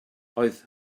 oedd